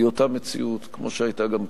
היא אותה מציאות כמו שהיתה גם קודם.